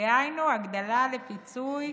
דהיינו הגדלה לפיצוי,